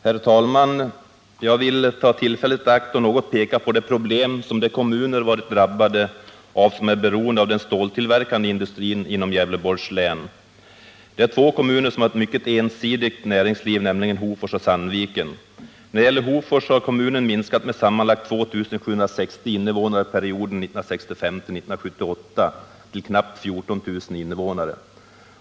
Herr talman! Jag vill ta tillfället i akt och något peka på de problem som de kommuner drabbats av som är beroende av den ståltillverkande industrin inom Gävleborgs län. Det är två kommuner i länet som har ett mycket ensidigt näringsliv, nämligen Hofors och Sandviken. Hofors kommun har minskat med sammanlagt 2760 invånare under perioden 1965-1978 till knappt 14 000 invånare.